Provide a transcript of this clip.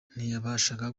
ntiyabashaga